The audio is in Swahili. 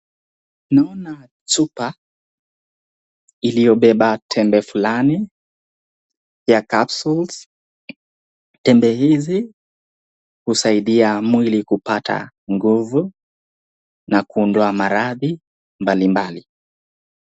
Naona chupa iliyobeba tembe fulani ya capsules tembe hizi husaidia mwili kupata nguvu na kuondoa maradhi mbali mbali.